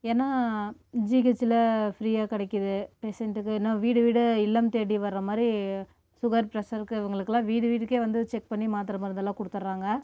ஏன்னால் ஜிஹெச்சில் ஃப்ரீயா கிடைக்கிது பேஷண்ட்டுக்கு இன்னும் வீடு வீடாக இல்லம் தேடி வர்ற மாதிரி சுகர் ப்ரஷர் இருக்கவங்களுக்கெல்லாம் வீடு வீடுக்கே வந்து செக் பண்ணி மாத்திரை மருந்தெல்லாம் கொடுத்தட்றாங்க